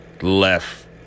left